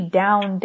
down